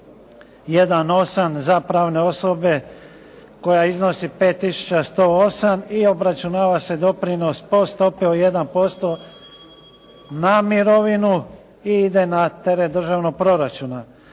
osam za pravne osobe koja iznosi 5 tisuća 108 i obračunava se doprinos po stopi od 1% na mirovinu i ide na teret državnog proračuna.